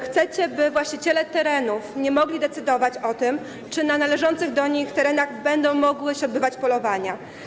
Chcecie, by właściciele terenów nie mogli decydować o tym, czy na należących do nich terenach będą mogły się odbywać polowania.